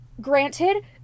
Granted